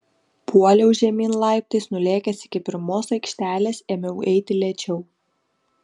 puoliau žemyn laiptais nulėkęs iki pirmos aikštelės ėmiau eiti lėčiau